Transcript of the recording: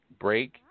break